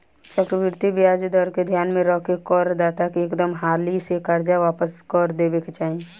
चक्रवृद्धि ब्याज दर के ध्यान में रख के कर दाता के एकदम हाली से कर्जा वापस क देबे के चाही